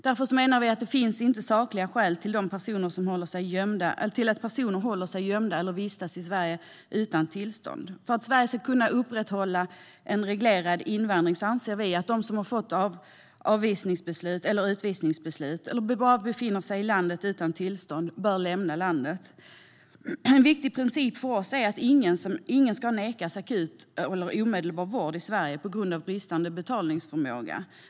Därför menar vi att det inte finns sakliga skäl till att personer håller gömda eller vistas i Sverige utan tillstånd. För att Sverige ska kunna upprätthålla en reglerad invandring anser vi att de som har fått avvisnings eller utvisningsbeslut eller bara befinner sig i landet utan tillstånd bör lämna landet. En viktig princip för oss är att ingen ska nekas akut eller omedelbar vård i Sverige på grund av bristande betalningsförmåga.